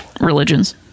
religions